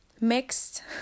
mixed